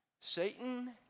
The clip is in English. Satan